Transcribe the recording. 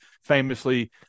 famously